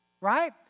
right